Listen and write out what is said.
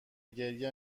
گریه